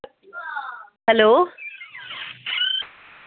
hello